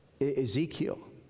Ezekiel